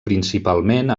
principalment